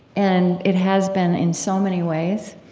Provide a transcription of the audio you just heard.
and it has been in so many ways.